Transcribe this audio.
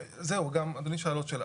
זהו, גם אדוני שאל עוד שאלה.